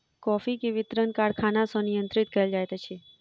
coffee के वितरण कारखाना सॅ नियंत्रित कयल जाइत अछि